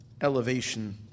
elevation